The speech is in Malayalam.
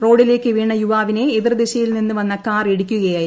റോഡിലേക്ക് വീണ യുവാവിനെ എതിർദിശയിൽ നിന്ന് വന്ന കാർ ഇടിക്കുകയായിരുന്നു